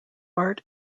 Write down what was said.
art